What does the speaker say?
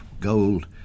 gold